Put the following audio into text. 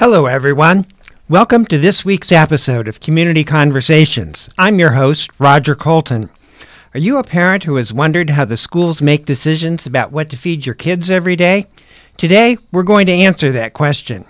hello everyone welcome to this week's episode of community conversations i'm your host roger coulton are you a parent who has wondered how the schools make decisions about what to feed your kids every day today we're going to answer that question